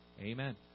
Amen